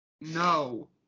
no